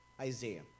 Isaiah